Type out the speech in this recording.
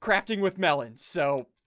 crafting with melons, so